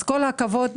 כל הכבוד.